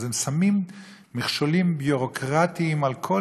אז הם שמים מכשולים ביורוקרטיים על כל